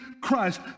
Christ